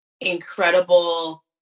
incredible